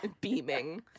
beaming